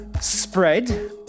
spread